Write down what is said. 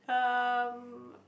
um